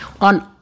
on